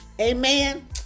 Amen